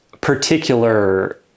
particular